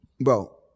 bro